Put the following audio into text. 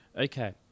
Okay